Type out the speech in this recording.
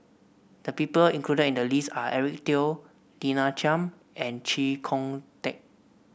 the people included in the list are Eric Teo Lina Chiam and Chee Kong Tet